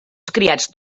criats